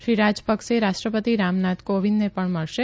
શ્રી રા ય કસે રાષ્ટ્ર તિ રામનાથ કોવિંદને ણ મળશે